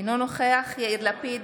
אינו נוכח יאיר לפיד,